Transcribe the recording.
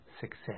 Success